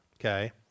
Okay